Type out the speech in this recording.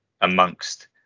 amongst